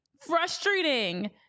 frustrating